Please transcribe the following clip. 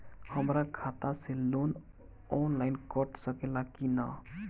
हमरा खाता से लोन ऑनलाइन कट सकले कि न?